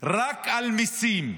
רק על מיסים,